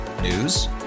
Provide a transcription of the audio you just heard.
News